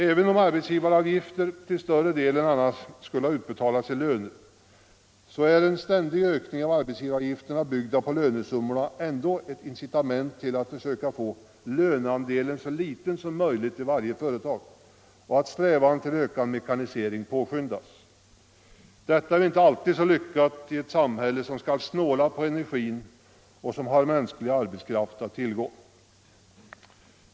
Även om arbetsgivaravgifter till större delen annars skulle ha utbetalats i löner så är en ständig ökning av arbetsgivaravgifterna, byggda på lönesummorna, ändå ett incitament till att försöka få löneandelen så liten som möjligt i varje företag och till att påskynda strävandena till ökad mekanisering. Detta är väl inte alltid så lyckat i ett samhälle som skall snåla på energin och som har mänsklig arbetskraft att tillgå.